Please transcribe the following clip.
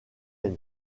end